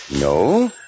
No